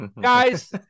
guys